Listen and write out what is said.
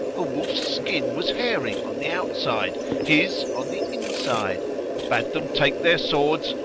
a wolf's skin was hairy on the outside, his on the inside bade them take their swords,